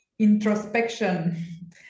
introspection